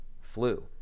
flu